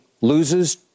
loses